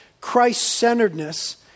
Christ-centeredness